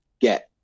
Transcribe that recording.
get